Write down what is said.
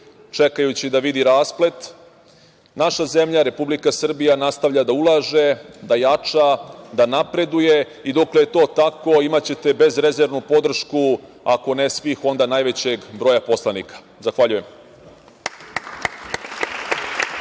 čekajući da vidi rasplet, naša zemlja Republika Srbija nastavlja da ulaže, da jača, da napreduje. Dokle je to tako, imaćete bezrezervnu podršku, ako ne svih, onda najvećeg broja poslanika. Zahvaljujem.